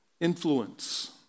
influence